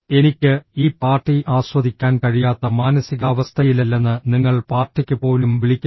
എനിക്ക് ഈ പാർട്ടി ആസ്വദിക്കാൻ കഴിയാത്ത മാനസികാവസ്ഥയിലല്ലെന്ന് നിങ്ങൾ പാർട്ടിക്ക് പോലും വിളിക്കുന്നു